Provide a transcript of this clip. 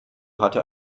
hatte